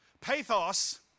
Pathos